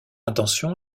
intention